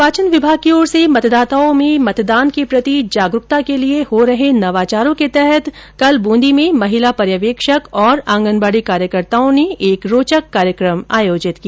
निर्वाचन विभाग की ओर से मतदाताओं में जागकता के लिए हो रहे नवाचारों के तहत कल बूंदी में महिला पर्यवेक्षक और आंगनबाडी कार्यकर्ताओं ने एक रौचक कार्यक्रम आयोजित किया